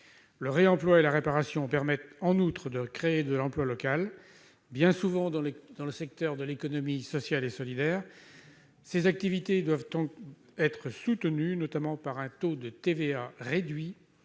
Le réemploi et la réparation permettent en outre de créer de l'emploi local, bien souvent dans le secteur de l'économie sociale et solidaire. Ces activités doivent être soutenues, notamment avec un taux de TVA réduit